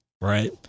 right